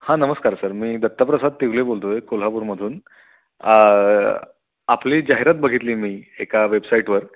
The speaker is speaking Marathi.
हां नमस्कार सर मी दत्तप्रसाद तिवले बोलतो आहे कोल्हापूरमधून आपली जाहिरात बघितली मी एका वेबसाईटवर